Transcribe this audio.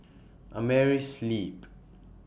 Ameri Sleep